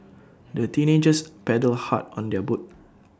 the teenagers paddled hard on their boat